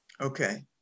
Okay